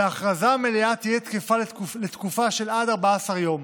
הכרזה מלאה תהיה תקפה לתקופה של עד 14 יום.